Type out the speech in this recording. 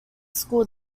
school